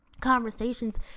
conversations